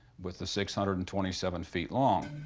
with the six hundred and twenty seven feet long.